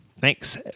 thanks